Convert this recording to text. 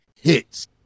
hits